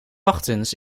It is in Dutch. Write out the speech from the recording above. ochtends